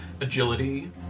agility